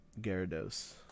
gyarados